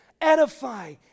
edify